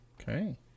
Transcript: okay